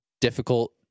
difficult